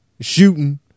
shooting